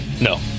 No